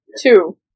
Two